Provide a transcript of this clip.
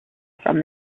from